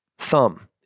thumb